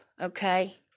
okay